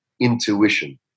intuition